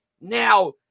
now